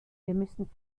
müssen